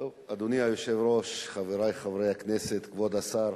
אדוני היושב-ראש, חברי חברי הכנסת, כבוד השר,